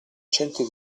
centri